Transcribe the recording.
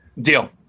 Deal